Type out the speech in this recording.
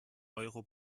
euro